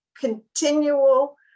continual